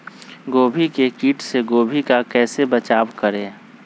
गोभी के किट से गोभी का कैसे बचाव करें?